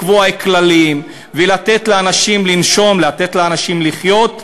לקבוע כללים ולתת לאנשים לנשום, לתת לאנשים לחיות,